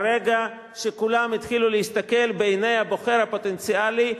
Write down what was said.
ברגע שכולם התחילו להסתכל בעיני הבוחר הפוטנציאלי,